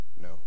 No